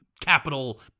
Capital